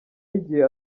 y’igihe